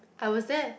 I was there